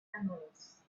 camels